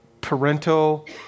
parental